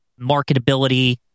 Marketability